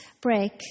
break